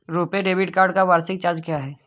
RuPay debit card का वार्षिक charge क्या है?